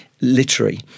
literary